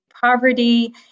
poverty